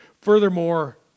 Furthermore